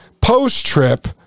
post-trip